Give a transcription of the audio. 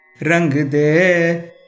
Rangde